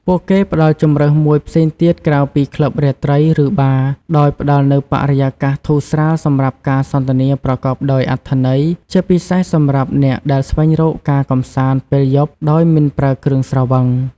ពួកគេផ្តល់ជម្រើសមួយផ្សេងទៀតក្រៅពីក្លឹបរាត្រី ឬបារ ដោយផ្តល់នូវបរិយាកាសធូរស្រាលសម្រាប់ការសន្ទនាប្រកបដោយអត្ថន័យ ជាពិសេសសម្រាប់អ្នកដែលស្វែងរកការកម្សាន្តពេលយប់ដោយមិនប្រើគ្រឿងស្រវឹង។